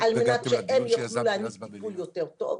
על מנת שהם יוכלו להעניק טיפול יותר טוב.